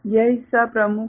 यह हिस्सा प्रमुख है